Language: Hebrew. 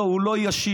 לא, הוא לא ישיב.